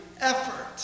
effort